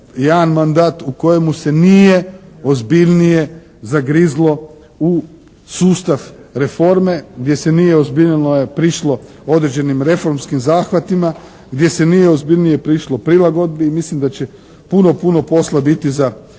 je jedan mandat u kojemu se nije ozbiljnije zagrizlo u sustav reforme, gdje se nije ozbiljnije prišlo određenim reformskim zahvatima, gdje se nije ozbiljnije prišlo prilagodbi i mislim da će puno, puno posla biti za